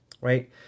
right